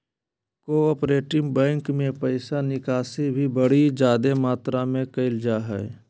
cooperative bank मे पैसा निकासी भी बड़ी जादे मात्रा मे करल जा हय